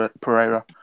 Pereira